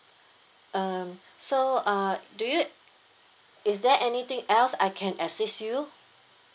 um so uh do you is there anything else I can assist you